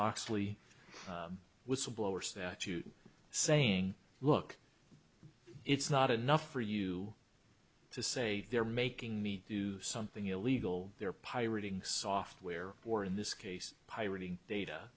oxley whistleblower statute saying look it's not enough for you to say they're making me do something illegal they're pirating software or in this case pirating data